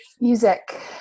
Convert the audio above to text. Music